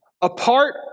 Apart